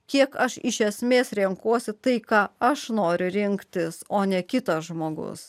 kiek aš iš esmės renkuosi tai ką aš noriu rinktis o ne kito žmogaus